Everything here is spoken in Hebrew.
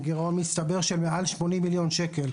גירעון מצטבר של מעל 80 מיליון שקלים.